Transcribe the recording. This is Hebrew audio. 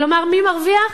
כלומר, מי מרוויח?